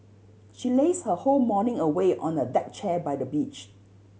she lazed her whole morning away on a deck chair by the beach